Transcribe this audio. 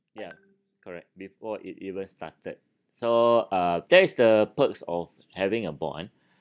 ya correct before it even started so uh that's the perks of having a bond